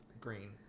green